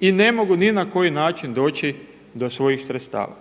i ne mogu ni na koji način doći do svojih sredstava.